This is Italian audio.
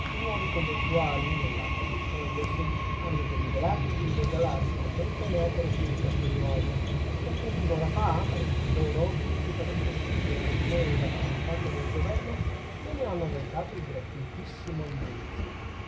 i nuovi conventuali nell'atto di sciogliersi hanno deliberato di regalare il convento alle opere pie di castelnuovo e appunto un'ora fa parecchi di loro venuti per ossequiare in me il rappresentante del governo me ne hanno recato il gratissimo annunzio